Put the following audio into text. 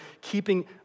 keeping